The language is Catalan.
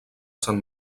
sant